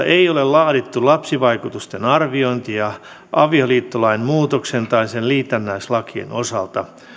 ei ole laadittu lapsivaikutusten arviointia avioliittolain muutoksen tai sen liitännäislakien osalta